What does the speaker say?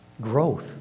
growth